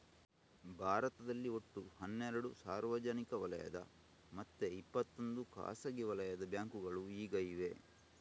ಭಾರತದಲ್ಲಿ ಒಟ್ಟು ಹನ್ನೆರಡು ಸಾರ್ವಜನಿಕ ವಲಯದ ಮತ್ತೆ ಇಪ್ಪತ್ತೊಂದು ಖಾಸಗಿ ವಲಯದ ಬ್ಯಾಂಕುಗಳು ಈಗ ಇವೆ